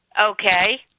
Okay